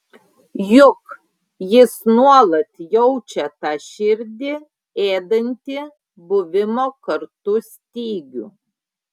juk jis nuolat jaučia tą širdį ėdantį buvimo kartu stygių